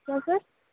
क्या सर